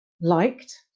liked